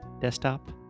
desktop